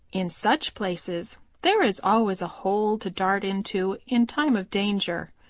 in such places there is always a hole to dart into in time of danger.